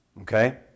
Okay